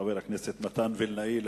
חבר הכנסת מתן וילנאי,